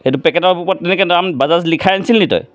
সেইটো পেকেটৰ ওপৰত তেনেকৈ নাম বাজাজ লিখাই আনিছিলি নি তই